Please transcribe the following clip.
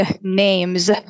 names